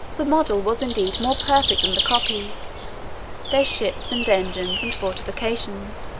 the model was indeed more perfect than the copy their ships, and engines, and fortifications,